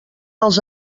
els